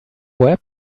web